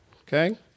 Okay